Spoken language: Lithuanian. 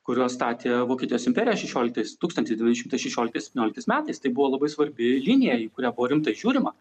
kuriuos statė vokietijos imperija šešioliktais tūkstantis devyni šimtai šešioliktais septynioliktais metais tai buvo labai svarbi linija į kurią buvo rimtai žiūrima